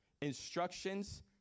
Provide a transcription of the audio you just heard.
instructions